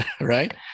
right